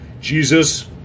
Jesus